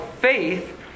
faith